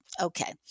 Okay